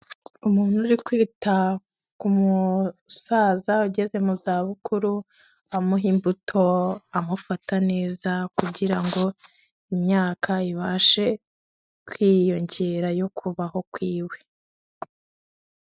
Umuntu uri kwita ku musaza ugeze mu zabukuru amuha imbuto, amufata neza kugira ngo imyaka ibashe kwiyongera yo kubaho kw'iwe.